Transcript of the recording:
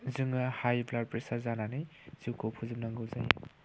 जोङो high blood pressure जानानै जिउखौ फोजोबनांगौ जायो